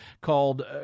called